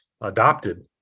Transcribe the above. adopted